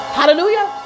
Hallelujah